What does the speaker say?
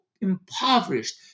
impoverished